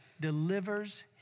delivers